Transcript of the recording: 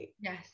yes